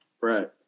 Right